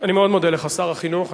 אני מאוד מודה לך, שר החינוך.